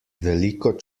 veliko